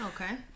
Okay